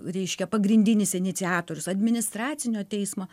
reiškia pagrindinis iniciatorius administracinio teismo